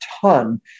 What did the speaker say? ton